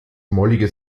mollige